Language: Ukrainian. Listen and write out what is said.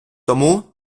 тому